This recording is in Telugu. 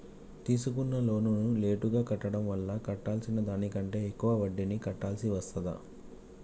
తీసుకున్న లోనును లేటుగా కట్టడం వల్ల కట్టాల్సిన దానికంటే ఎక్కువ వడ్డీని కట్టాల్సి వస్తదా?